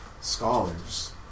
scholars